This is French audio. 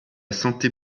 santé